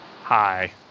Hi